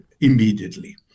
immediately